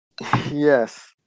Yes